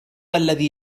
الذي